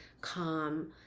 calm